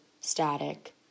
static